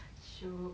shiok